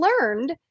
learned